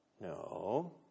No